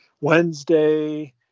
wednesday